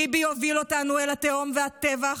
ביבי הוביל אותנו אל התהום והטבח,